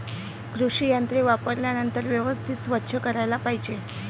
कृषी यंत्रे वापरल्यानंतर व्यवस्थित स्वच्छ करायला पाहिजे